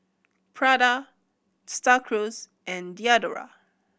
Prada Star Cruise and Diadora